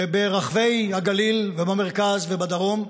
וברחבי הגליל, ובמרכז, ובדרום,